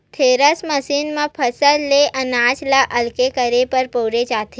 thresher machine म फसल ले अनाज ल अलगे करे बर बउरे जाथे